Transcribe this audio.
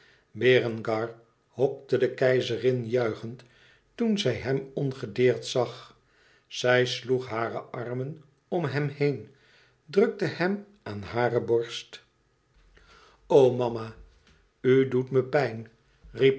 berengar hokte de keizerin juichend toen zij hem ongedeerd zag zij sloeg hare armen om hem heen drukte hem aan hare borst mama u doet me pijn